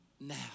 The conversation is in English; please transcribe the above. now